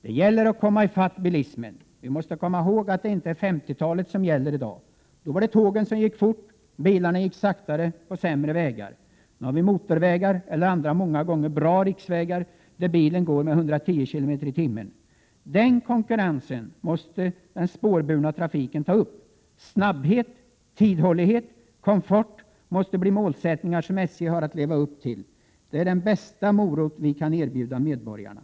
Det gäller ju att komma ifatt bilismen. Vi måste komma ihåg att det inte är 50-talets syn som gäller i dag. På den tiden var det tågen som gick fort. Bilarna gick saktare, på sämre vägar. Nu har vi motorvägar eller andra, ofta bra, riksvägar där bilen går med 110 km/tim. Den konkurrensen måste den spårbundna trafiken ta upp. Snabbhet, ”tidhållighet” och komfort måste bli målsättningen för SJ. Det är den bästa morot som vi kan erbjuda medborgarna.